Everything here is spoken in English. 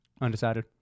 Undecided